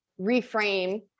reframe